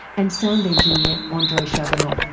and sound engineer ah andrei shabunov.